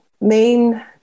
main